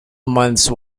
months